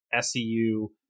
SEU